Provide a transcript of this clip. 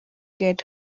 get